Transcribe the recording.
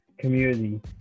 community